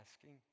asking